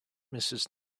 mrs